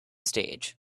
stage